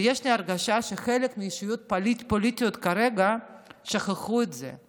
ויש לי הרגשה שחלק מהאישיויות הפוליטיות כרגע שכחו את זה,